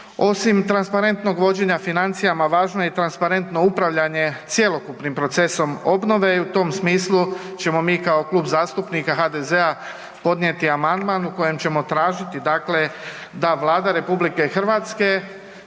Osim transparentnog vođenja financijama važno je i transparentno upravljanje cjelokupnim procesom obnove i u tom smislu ćemo mi kao Klub zastupnika HDZ-a podnijeti amandman u kojem ćemo tražiti dakle da Vlada RH podnese Hrvatskom